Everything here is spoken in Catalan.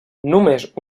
només